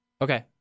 Okay